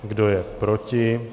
Kdo je proti?